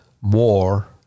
more